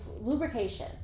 Lubrication